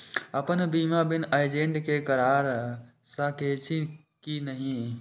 अपन बीमा बिना एजेंट के करार सकेछी कि नहिं?